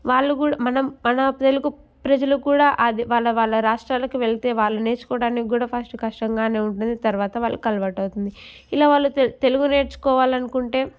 వాళ్ళు కూడా మనం మన తెలుగు ప్రజలు కూడా అది వాళ్ళ వాళ్ళ రాష్ట్రాలకు వెళ్తే వాళ్ళు నేర్చుకోవడానికి కూడా ఫస్ట్ కష్టంగానే ఉంటుంది తర్వాత వాళ్ళకలవాటవుతుంది ఇలా వాళ్ళు తెల్ తెలుగు నేర్చుకోవాలనుకుంటే